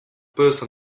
peus